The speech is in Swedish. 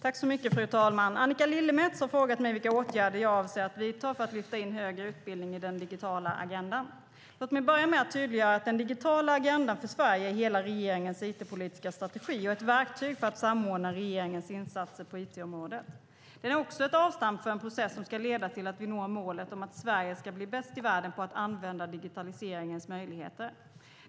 Fru talman! Annika Lillemets har frågat mig vilka åtgärder jag avser att vidta för att lyfta in högre utbildning i den digitala agendan. Låt mig börja med att tydliggöra att den digitala agendan för Sverige är hela regeringens it-politiska strategi och ett verktyg för att samordna regeringens insatser på it-området. Den är också ett avstamp för en process som ska leda till att vi når målet om att Sverige ska bli bäst i världen på att använda digitaliseringens möjligheter.